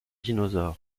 dinosaures